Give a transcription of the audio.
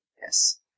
Yes